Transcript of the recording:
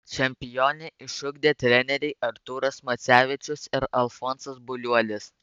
čempionę išugdė treneriai artūras macevičius ir alfonsas buliuolis